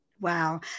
Wow